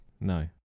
No